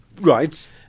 Right